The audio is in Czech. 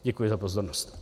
Děkuji za pozornost.